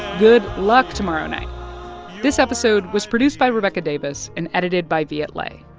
good luck tomorrow night this episode was produced by rebecca davis and edited by viet le.